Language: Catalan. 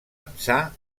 ençà